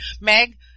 meg